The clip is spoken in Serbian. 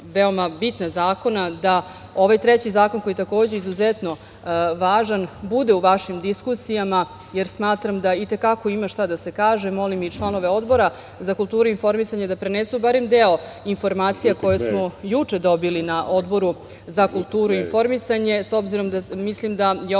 veoma bitna zakona, da ovaj treći zakon, koji je takođe izuzetno važan, bude u vašim diskusijama, jer smatram da i te kako ima šta da se kaže. Molim i članove Odbora za kulturu i informisanje da prenesu barem deo informacija, koje smo juče dobili na Odboru za kulturu i informisanje, s obzirom da mislim da je